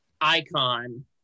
icon